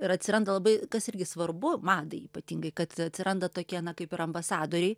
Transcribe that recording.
ir atsiranda labai kas irgi svarbu madai ypatingai kad atsiranda tokie na kaip ir ambasadoriai